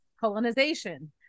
colonization